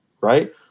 right